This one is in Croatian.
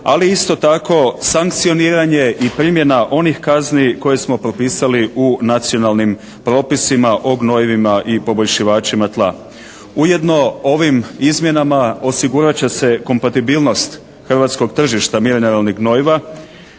ali isto tako sankcioniranje i primjena onih kazni koje smo propisali u nacionalnim propisima o gnojivima i poboljšivačima tla. Ujedno ovim izmjenama osigurat će se kompatibilnost hrvatskog tržišta mineralnih gnojiva